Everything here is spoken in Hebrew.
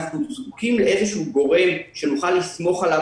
אנחנו זקוקים לאיזשהו גורם שנוכל לסמוך עליו